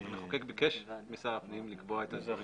המחוקק ביקש משר הפנים לקבוע את הדברים